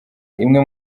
imwe